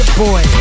boy